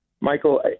Michael